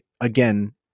again